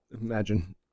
Imagine